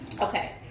Okay